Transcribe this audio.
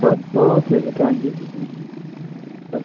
ah okay sir thank you sir thank you ah